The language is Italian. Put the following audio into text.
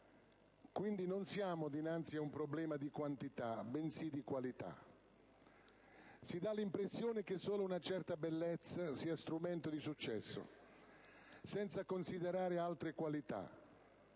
quindi, non siamo dinanzi ad un problema di quantità, bensì di qualità. Infatti, si dà l'impressione che solo una certa bellezza sia strumento di successo, senza considerare altre qualità.